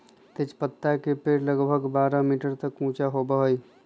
तेजपत्ता के पेड़ लगभग बारह मीटर तक ऊंचा होबा हई